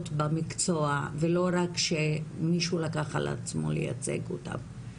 במקצוע ולא רק שמישהו לקח על עצמו לייצג אותן.